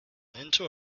into